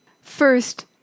First